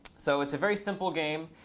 so it's a very simple game.